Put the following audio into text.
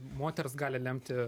moters gali lemti